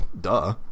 duh